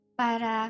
para